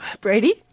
Brady